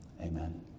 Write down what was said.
Amen